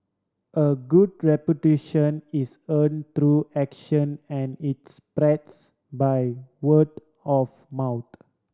a good reputation is earn through action and its price by word of mouth